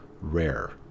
rare